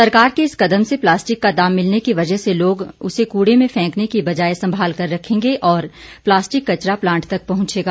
सरकार के इस कदम से प्लास्टिक का दाम मिलने की वजह से लोग उसे कूड़े में फेंकने की बजाय संभाल कर रखेंगे और प्लास्टिक कचरा प्लांट तक पहुंचेगा